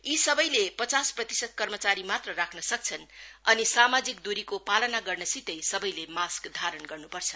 यी सबैले पचास प्रतिशत कर्मचारी मात्र राख्न सक्छन् अनि सामाजिक दुरीको पालन गर्नसितै सबैले मास्क धारण गर्नुपर्छ